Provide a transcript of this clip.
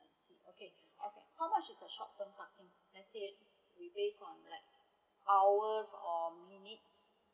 I see I see how much is the short term parking let's say we based on like hours or minutes